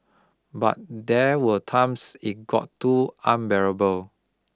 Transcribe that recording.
but there were times it got too unbearable